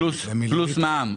פלוס מע"מ.